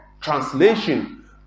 translation